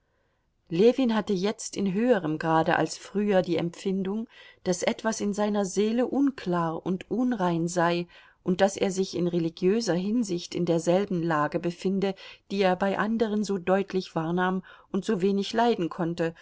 ljewin hatte jetzt in höherem grade als früher die empfindung daß etwas in seiner seele unklar und unrein sei und daß er sich in religiöser hinsicht in derselben lage befinde die er bei anderen so deutlich wahrnahm und so wenig leiden konnte